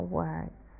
words